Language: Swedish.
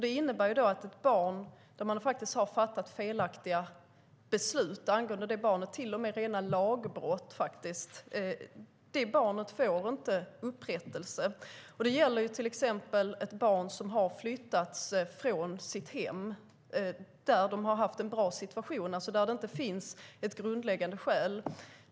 Det innebär att när det fattats ett felaktigt beslut om barnet, till och med ett rent lagbrott, får barnet inte upprättelse. Det gäller till exempel ett barn som har flyttats från sitt hem där det haft det bra och där det inte finns grundläggande skäl.